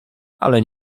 ale